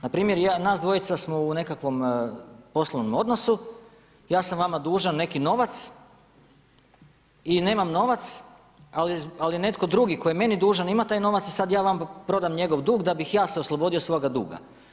Npr. nas dvojica smo u nekakvom poslovnom odnosu, ja sam vama dužan neki novac i nemam novac, ali netko drugi tko je meni dužan ima taj novac i sad ja vama prodam njegov dug, da bih ja se oslobodio svoga duga.